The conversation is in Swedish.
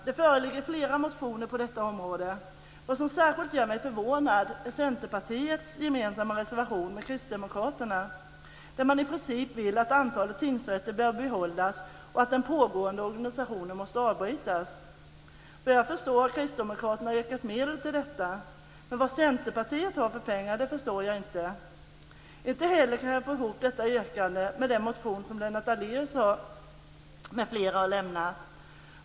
Det föreligger flera motioner på detta område. Vad som särskilt gör mig förvånad är Centerpartiets gemensamma reservation med Kristdemokraterna, där man i princip vill att antalet tingsrätter bör behållas och att den pågående organisationen ska avbrytas. Såvitt jag förstår har Kristdemokraterna yrkat medel till detta, men vad Centerpartiet har för pengar förstår jag inte. Inte heller kan jag få ihop detta yrkande med den motion som Lennart Daléus m.fl. har väckt.